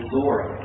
Zora